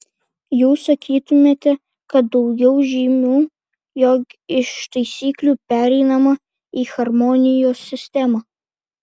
jūs sakytumėte kad daugiau žymių jog iš taisyklių pereinama į harmonijos sistemą